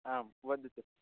आं वदतु